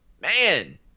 man